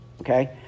Okay